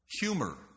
humor